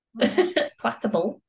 Platable